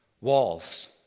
Walls